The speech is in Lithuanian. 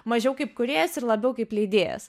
mažiau kaip kūrėjas ir labiau kaip leidėjas